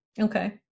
okay